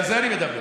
על זה אני מדבר.